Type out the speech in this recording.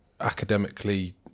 academically